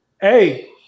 Hey